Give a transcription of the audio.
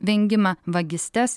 vengimą vagystes